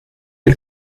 del